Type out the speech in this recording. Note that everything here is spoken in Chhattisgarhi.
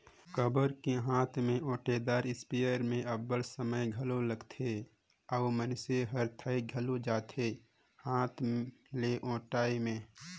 काबर कि हांथ में ओंटेदार इस्पेयर में अब्बड़ समे घलो लागथे अउ मइनसे हर थइक घलो जाथे हांथ ले ओंटई में